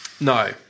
No